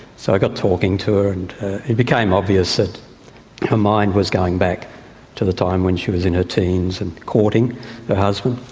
so i got talking to her, and it became obvious that her mind was going back to the time when she was in her teens and courting her husband.